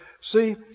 see